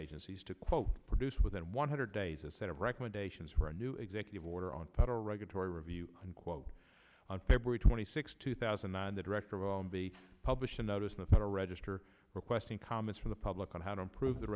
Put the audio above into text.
agencies to quote produce within one hundred days a set of recommendations for a new executive order on federal regulatory review unquote on february twenty sixth two thousand and nine the director will be published in the us in the federal register requesting comments from the public on how to improve the